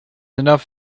enough